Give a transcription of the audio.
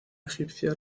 egipcia